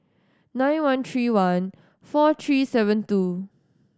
nine one three one four three seven two